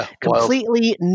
completely